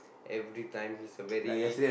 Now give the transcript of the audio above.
everytime he's a very